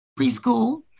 preschool